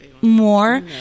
more